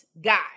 guy